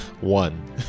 One